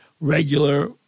regular